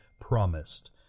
promised